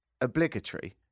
obligatory